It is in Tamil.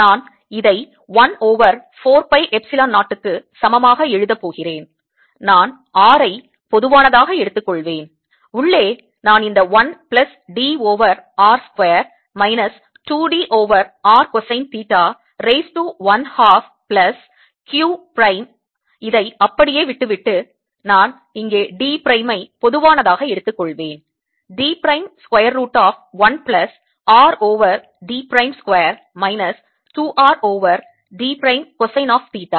நான் இதை 1 ஓவர் 4 பை எப்சிலன் 0 க்கு சமமாக எழுதப் போகிறேன் நான் r ஐ பொதுவானதாக எடுத்துக்கொள்வேன் உள்ளே நான் இந்த 1 plus d over r square minus 2 d over r cosine theta raise to 1 half plus q prime ஐ அப்படியே விட்டுவிட்டு நான் இங்கே d பிரைம் ஐ பொதுவானதாக எடுத்துக்கொள்வேன் d prime square root of 1 plus r over d prime square minus 2 r over d prime cosine app theta